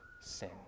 sin